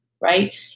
right